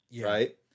right